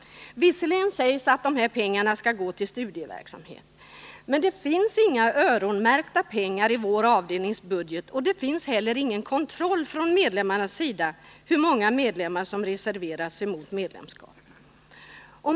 Visserligen sägs att pengarna skall gå till studieverksamhet, men det finns inga öronmärkta pengar i vår avdelnings budget och det finns heller ingen kontroll från medlemmarnas sida hur många medlemmar som reserverat sig mot medlemskap.